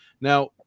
Now